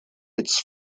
its